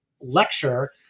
lecture